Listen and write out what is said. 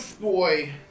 boy